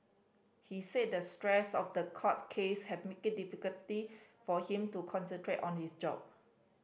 he said the stress of the court case have made it difficulty for him to concentrate on his job